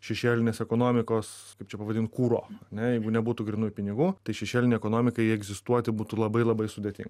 šešėlinės ekonomikos kaip čia pavadinti kuro ne jeigu nebūtų grynųjų pinigų tai šešėlinei ekonomikai egzistuoti būtų labai labai sudėtinga